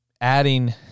adding